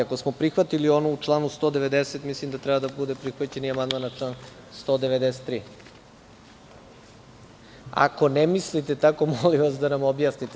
Ako smo prihvatili ono u članu 190. mislim da treba da bude prihvaćen i amandman na član 193. ako ne mislite tako, molim vas da nam objasnite.